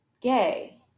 gay